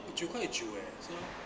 九块九 eh 是 mah